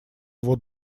его